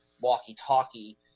walkie-talkie